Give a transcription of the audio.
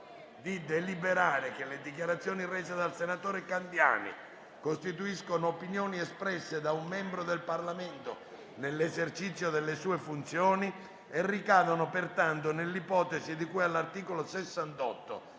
di deliberare che le dichiarazioni rese dal senatore Stefano Candiani costituiscono opinioni espresse da un membro del Parlamento nell'esercizio delle sue funzioni e ricadono pertanto nell'ipotesi di cui all'articolo 68,